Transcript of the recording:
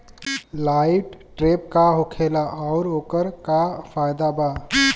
Light trap का होखेला आउर ओकर का फाइदा बा?